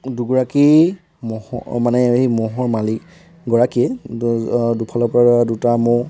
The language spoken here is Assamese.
দুগৰাকী ম'হৰ মানে ম'হৰ মালিকগৰাকীয়ে দুফালৰ পৰা দুটা ম'হ